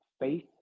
faith